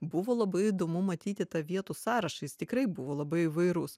buvo labai įdomu matyti tą vietų sąrašą is tikrai buvo labai įvairus